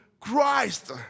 Christ